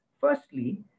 firstly